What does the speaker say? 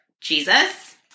Jesus